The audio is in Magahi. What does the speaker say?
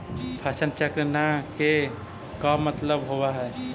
फसल चक्र न के का मतलब होब है?